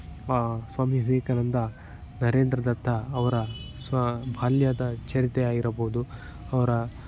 ಸ್ವಾಮಿ ವಿವೇಕಾನಂದ ನರೇಂದ್ರ ದತ್ತ ಅವರ ಸ್ವಾ ಬಾಲ್ಯದ ಚರಿತ್ರೆ ಆಗಿರಬೋದು ಅವರ